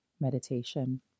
meditation